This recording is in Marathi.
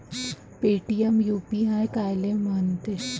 पेटीएम यू.पी.आय कायले म्हनते?